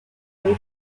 cross